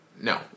no